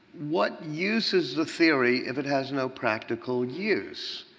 what use is a theory if it has no practical use?